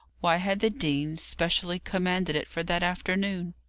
why had the dean specially commanded it for that afternoon?